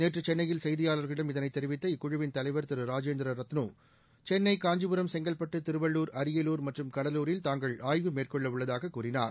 நேற்று சென்னையில் செய்தியாளர்களிடம் இதனைத் தெரிவித்த இக்குழுவின் தலைவர் திரு ராஜேந்திர ரத்னு சென்னை காஞ்சிபுரம் செங்கல்பட்டு திருவள்ளூர் அரியலூர் மற்றும் கடலூரில் தாங்கள் ஆய்வு மேற்கொள்ள உள்ளதாகக் கூறினார்